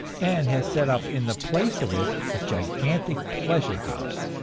and has set up in the place of it a gigantic pleasure-house,